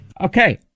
Okay